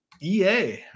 ea